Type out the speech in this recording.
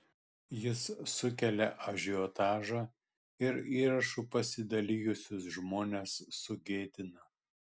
jis sukelia ažiotažą ir įrašu pasidalijusius žmones sugėdina